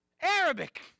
Arabic